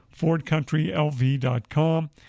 FordCountryLV.com